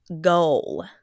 goal